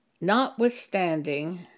Notwithstanding